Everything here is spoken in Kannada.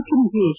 ಮುಖ್ಯಮಂತ್ರಿ ಎಚ್